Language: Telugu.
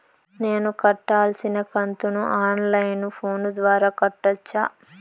నేను కట్టాల్సిన కంతును ఆన్ లైను ఫోను ద్వారా కట్టొచ్చా?